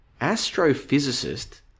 Astrophysicist